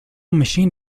machine